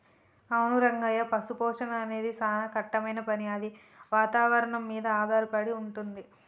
అవును రంగయ్య పశుపోషణ అనేది సానా కట్టమైన పని అది వాతావరణం మీద ఆధారపడి వుంటుంది